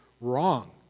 wrong